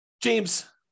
James